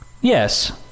Yes